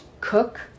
cook